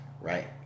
right